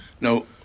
No